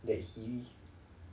that he